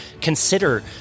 consider